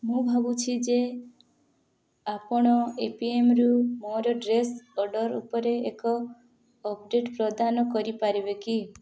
ମୁଁ ଭାବୁଛି ଯେ ଆପଣ ଏପ୍ପିମ୍ରୁ ମୋର ଡ୍ରେସ୍ ଅର୍ଡ଼ର୍ ଉପରେ ଏକ ଅପଡ଼େଟ୍ ପ୍ରଦାନ କରିପାରିବେ କି